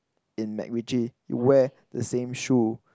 in Mac Ritchie you wear the same shoe